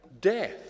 death